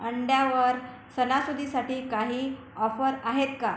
अंड्यावर सणासुदीसाठी काही ऑफर आहेत का